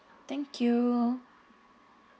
thank you